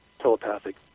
telepathic